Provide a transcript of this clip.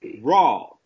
raw